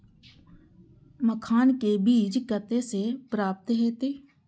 मखान के बीज कते से प्राप्त हैते?